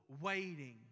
waiting